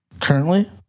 currently